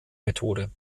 methode